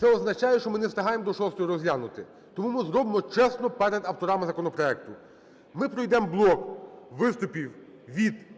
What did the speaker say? Це означає, що ми не встигаємо до 6-ї розглянути. Тому ми зробимо чесно перед авторами законопроекту: ми пройдемо блок виступів від